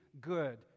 good